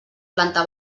planta